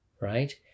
right